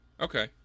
Okay